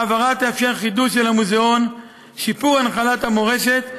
ההעברה תאפשר חידוש של המוזיאון ושיפור הנחלת המורשת,